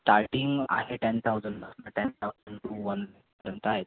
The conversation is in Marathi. स्टार्टिंग आहे टेन थाउजंडपासनं टेन थाउजंड टू वनपर्यंत आहेत